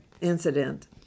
incident